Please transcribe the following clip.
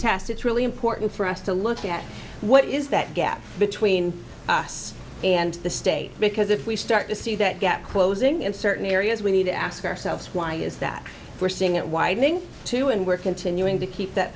test it's really important for us to look at what is that gap between us and the state because if we start to see that get closing in certain areas we need to ask ourselves why is that we're seeing it widening to and we're continuing to keep that